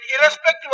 irrespective